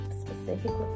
specifically